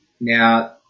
Now